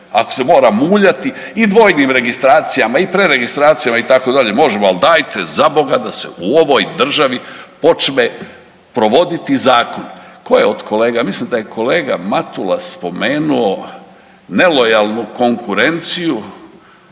ako se mora muljati i dvojnim registracijama i … registracijama itd. možemo, ali dajte zaboga da se u ovoj državi počne provoditi zakon. Tko je od kolega, mislim da je kolega Matula spomenuo nelojalnu konkurenciju,